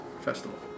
festival